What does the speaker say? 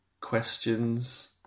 questions